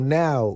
now